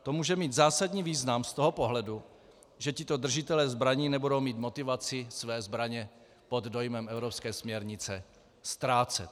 To může mít zásadní význam z toho pohledu, že tito držitelé zbraní nebudou mít motivaci své zbraně pod dojmem evropské směrnice ztrácet.